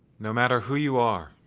no matter who you are,